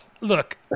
Look